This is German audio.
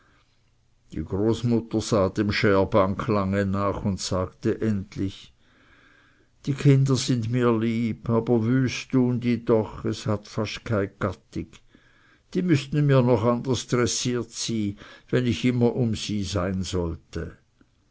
die großmutter sah dem schärbank lange nach und sagte endlich die kinder sind mir lieb aber wüst tun die doch es hat keine gattig die müßten mir noch anders drässiert sy wenn ich immer um sie sein sollte